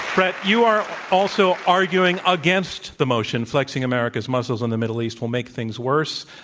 bret, you are also arguing against the motion, flexing america's muscles in the middle east will make things worse.